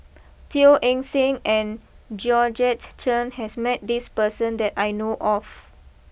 Teo Eng Seng and Georgette Chen has met this person that I know of